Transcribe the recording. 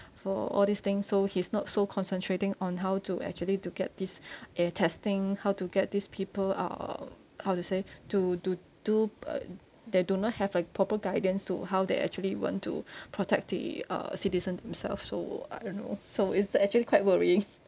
for all this thing so he's not so concentrating on how to actually to get this err testing how to get these people uh how to say to to do uh they do not have a proper guidance to how they actually want to protect the uh citizen himself so I don't know so it's actually quite worrying